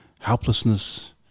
helplessness